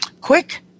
quick